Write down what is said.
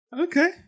Okay